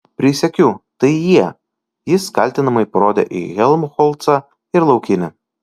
prisiekiu tai jie jis kaltinamai parodė į helmholcą ir laukinį